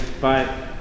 bye